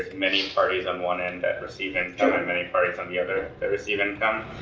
many and parties on one end that receive income and many parties on the other that receive income,